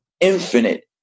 infinite